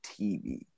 tv